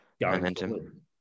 momentum